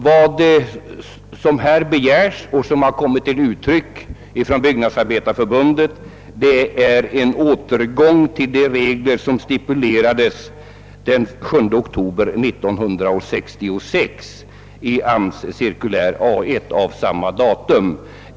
Vad som begärs är som Byggnadsarbetareförbundet angivit en återgång till de regler som fastställdes den 7 oktober 1966 i cirkulär A:1 från AMS.